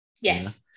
Yes